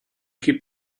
keep